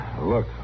Look